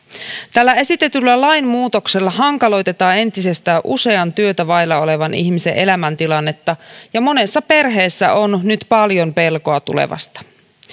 tällä esitetyllä lainmuutoksella hankaloitetaan entisestään usean työtä vailla olevan ihmisen elämäntilannetta ja monessa perheessä on nyt paljon pelkoa tulevasta